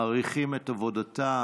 מעריכים את עבודתה.